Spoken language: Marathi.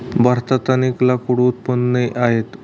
भारतात अनेक लाकूड उत्पादने आहेत